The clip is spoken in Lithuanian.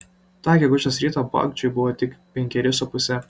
tą gegužės rytą bagdžiui buvo tik penkeri su puse